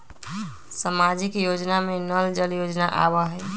सामाजिक योजना में नल जल योजना आवहई?